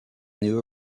new